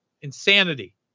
Insanity